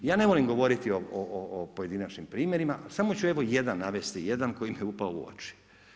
Ja ne volim govoriti o pojedinačnim primjerima ali samo ću evo jedan navesti, jedan koji mi je upao u oči.